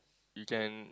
you can